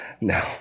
No